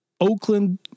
Oakland